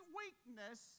weakness